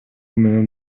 менен